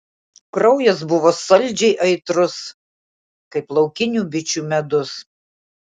kraujas buvo saldžiai aitrus kaip laukinių bičių medus